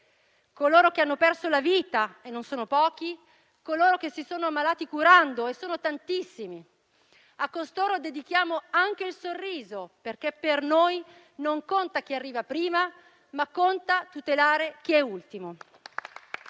coloro che hanno perso la vita - e non sono pochi - coloro che si sono ammalati curando, e sono tantissimi. A costoro dedichiamo anche il sorriso perché per noi non conta chi arriva prima, ma conta tutelare chi è ultimo.